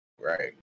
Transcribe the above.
right